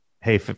hey